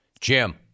Jim